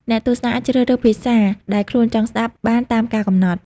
អ្នកទស្សនាអាចជ្រើសរើសភាសាដែលខ្លួនចង់ស្តាប់បានតាមការកំណត់។